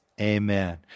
amen